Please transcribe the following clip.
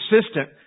assistant